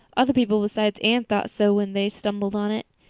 other people besides anne thought so when they stumbled on it.